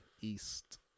East